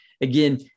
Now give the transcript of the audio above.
again